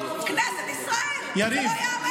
כנסת ישראל, זה לא ייאמן.